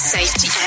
Safety